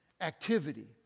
Activity